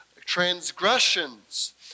transgressions